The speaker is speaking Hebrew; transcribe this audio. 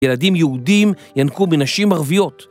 ילדים יהודים ינקו מנשים ערביות.